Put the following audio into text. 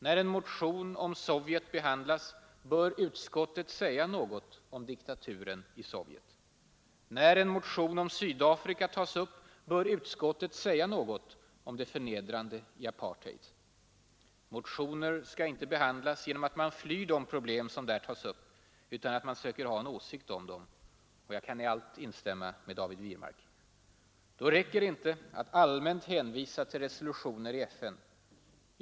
När en motion om Sovjet behandlas bör utskottet säga något om diktaturen i Sovjet. När en motion om Sydafrika tas upp bör utskottet säga något om det förnedrande i apartheid. Motioner skall inte behandlas genom att man flyr de problem som där tas upp utan genom att man söker ha en åsikt om dem; jag kan i allt instämma med David Wirmark. Då räcker det inte att allmänt hänvisa till resolutioner i FN.